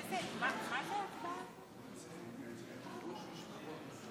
עשר דקות לרשותך, אדוני.